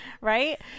right